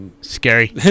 Scary